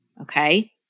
okay